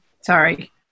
Sorry